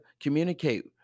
communicate